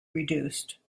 reduced